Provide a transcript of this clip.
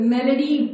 Melody